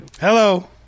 Hello